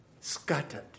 scattered